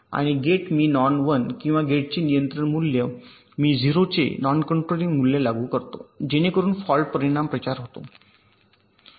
आणि गेट मी नॉन 1 किंवा गेटचे नियंत्रण मूल्य मी 0 चे नॉन कंट्रोलिंग मूल्य लागू करतो जेणेकरून फॉल्ट परिणाम होईल प्रचार होतो